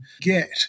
get